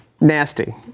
nasty